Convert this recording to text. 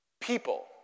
people